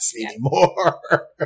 anymore